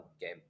game